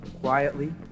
Quietly